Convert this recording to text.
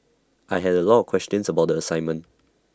I had A lot of questions about the assignment